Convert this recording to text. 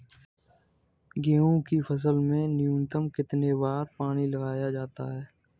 गेहूँ की फसल में न्यूनतम कितने बार पानी लगाया जाता है?